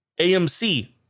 AMC